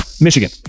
Michigan